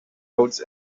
boats